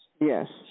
Yes